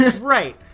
right